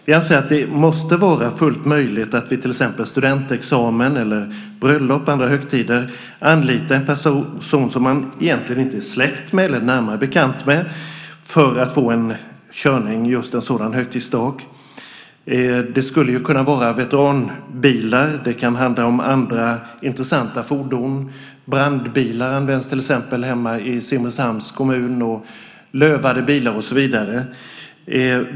Vi anser att det måste vara fullt möjligt att vid till exempel studentexamen, bröllop och andra högtider kunna anlita en person, någon som man inte är släkt eller närmare bekant med, för att få en körning just en sådan högtidsdag. Det kan handla om veteranbilar och andra intressanta fordon. Brandbilar används till exempel i min hemkommun Simrishamn. Det förekommer också lövade bilar och så vidare.